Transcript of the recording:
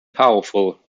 powerful